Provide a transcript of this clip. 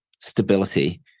stability